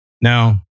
Now